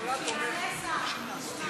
שיעלה שר, נשמע.